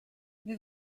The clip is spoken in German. wir